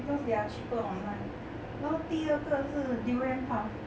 because they are cheaper online 然后第二个是 durian puff